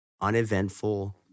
uneventful